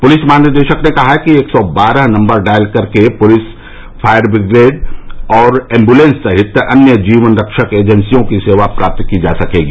police महानिदेशक ने कहा है कि एक सौ बारह नम्बर डॉयल करके पुलिस फायर ब्रिगेड और एम्बुलेंस सहित अन्य जीवन रक्षक एजेंसियों की सेवा प्राप्त की जा सकेगी